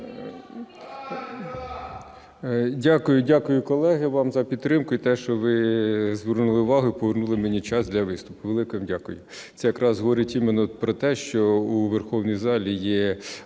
Дякую, колеги, вам за підтримку, і за те, що ви звернули увагу і повернули мені час для виступу. Велике вам дякую. Це якраз говорить именно про те, що у Верховній залі є